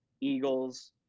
eagles